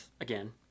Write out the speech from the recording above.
again